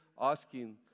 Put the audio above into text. asking